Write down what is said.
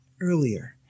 earlier